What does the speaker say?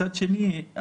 מצד שני,